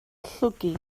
llwgu